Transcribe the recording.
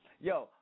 Yo